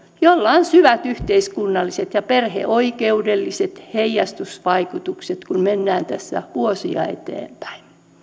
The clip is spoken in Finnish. jolla on syvät yhteiskunnalliset ja perheoikeudelliset heijastusvaikutukset kun mennään tässä vuosia eteenpäin